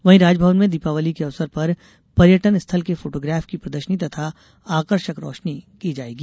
वहीं राजभवन में दीपावली के अवसर पर पर्यटन स्थल के फोटोग्राफ की प्रदर्शनी तथा आकर्षक रोशनी की जायेगी